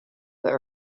but